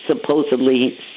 supposedly